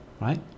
right